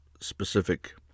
specific